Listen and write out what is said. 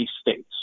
states